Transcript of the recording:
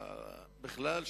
בכלל,